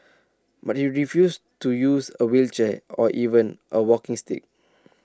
but he refused to use A wheelchair or even A walking stick